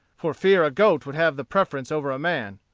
for fear a goat would have the preference over a man.